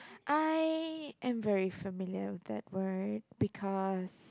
I am very familiar with that word because